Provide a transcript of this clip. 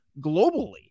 globally